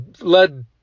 led